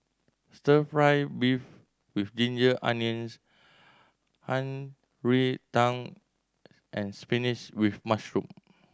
Stir Fry beef with ginger onions Shan Rui Tang and spinach with mushroom